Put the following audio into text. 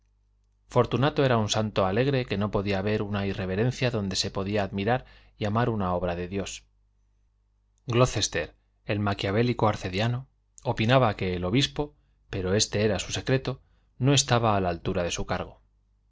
fortunato era un santo alegre que no podía ver una irreverencia donde se podía admirar y amar una obra de dios glocester el maquiavélico arcediano opinaba que el obispo pero este era su secreto no estaba a la altura de su cargo